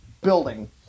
building